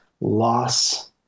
loss